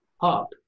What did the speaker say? up